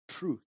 truth